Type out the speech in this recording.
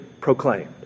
proclaimed